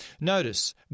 Notice